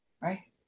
Right